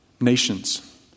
nations